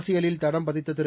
அரசியலில் தடம் பதித்த திரு